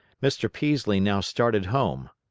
mr. peaslee now started home.